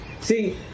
See